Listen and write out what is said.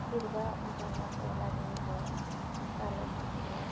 बिरुवा उमार्नको लागि म कालो माटो